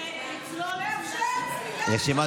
רשימת